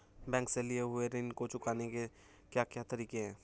Bank से लिए हुए ऋण को चुकाने के क्या क्या तरीके हैं?